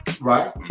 right